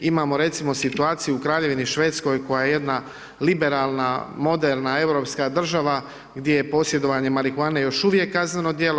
Imamo recimo situaciju u Kraljevini Švedskoj koja je jedna liberalna, moderna europska država gdje je posjedovanje marihuane još uvijek kazneno djelo.